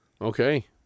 Okay